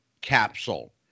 capsule